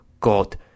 God